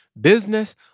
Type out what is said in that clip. business